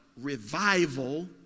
revival